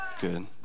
good